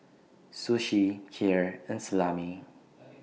Sushi Kheer and Salami